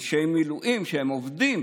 אנשי מילואים שעובדים